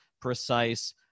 precise